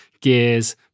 gears